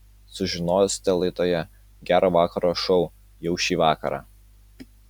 sužinosite laidoje gero vakaro šou jau šį vakarą